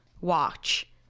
Watch